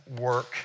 work